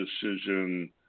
decision